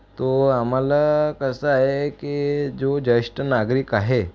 तो आम्हाला कसं आहे की जो ज्येष्ठ नागरिक आहे